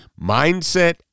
mindset